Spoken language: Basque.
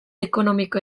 ekonomiko